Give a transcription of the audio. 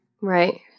Right